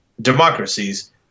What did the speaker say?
democracies